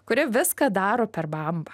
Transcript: kuri viską daro per bambą